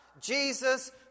Jesus